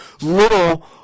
little